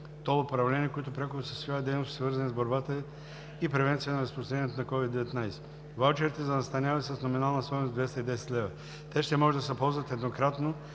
тол управление, които пряко осъществяват дейности, свързани с борба и превенция на разпространението на COVID-19. Ваучерите за настаняване са с номинална стойност 210 лв. Те ще може да се ползват еднократно